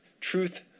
truth